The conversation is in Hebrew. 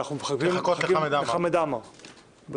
של חברי הכנסת משה גפני ויעקב אשר.